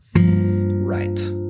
right